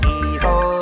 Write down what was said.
evil